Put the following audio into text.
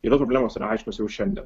yra problemos yra aiškios jau šiandien